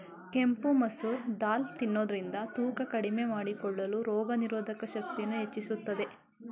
ಕೆಂಪು ಮಸೂರ್ ದಾಲ್ ತಿನ್ನೋದ್ರಿಂದ ತೂಕ ಕಡಿಮೆ ಮಾಡಿಕೊಳ್ಳಲು, ರೋಗನಿರೋಧಕ ಶಕ್ತಿಯನ್ನು ಹೆಚ್ಚಿಸುತ್ತದೆ